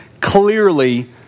clearly